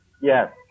Yes